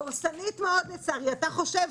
דורסנית מאוד לצערי אתה חושב,